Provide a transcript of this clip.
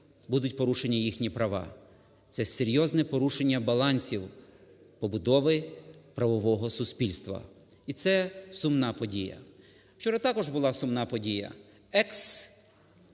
будуть порушені їхні права. Це серйозне порушення балансів побудови правового суспільства. І це сумна подія. Вчора також була сумна подія.